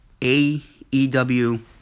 AEW